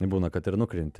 būna kad ir nukrenti